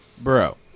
Bro